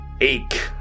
ache